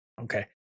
okay